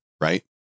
Right